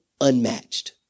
unmatched